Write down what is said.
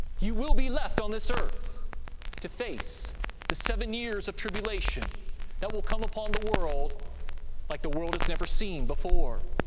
you will be left on this earth to face the seven years of tribulation that will come upon the world like the world has never seen before.